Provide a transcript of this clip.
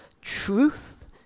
truth